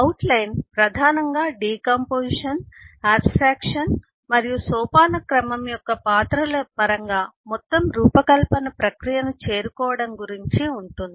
outline ప్రధానంగా decomposition abstraction మరియు సోపానక్రమం యొక్క పాత్రల పరంగా మొత్తం రూపకల్పన ప్రక్రియను చేరుకోవడం గురించి ఉంటుంది